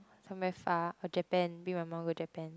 somewhere far or Japan bring my mum go Japan